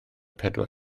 pedwar